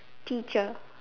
teacher